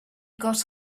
got